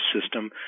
system